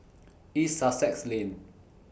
East Sussex Lane